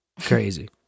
Crazy